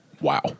wow